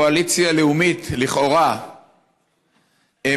קואליציה לאומית לכאורה מגינה,